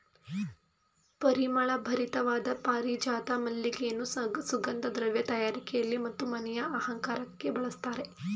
ಪರಿಮಳ ಭರಿತವಾದ ಪಾರಿಜಾತ ಮಲ್ಲಿಗೆಯನ್ನು ಸುಗಂಧ ದ್ರವ್ಯ ತಯಾರಿಕೆಯಲ್ಲಿ ಮತ್ತು ಮನೆಯ ಅಲಂಕಾರಕ್ಕೆ ಬಳಸ್ತರೆ